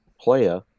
player